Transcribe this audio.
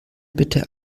bitte